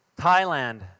Thailand